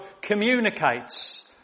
communicates